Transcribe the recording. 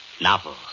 novel